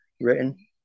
written